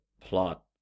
plot